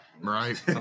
Right